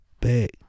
back